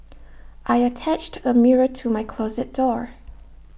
I attached A mirror to my closet door